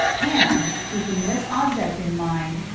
and, keeping this object in mind,